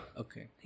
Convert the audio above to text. Okay